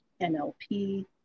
NLP